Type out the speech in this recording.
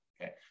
okay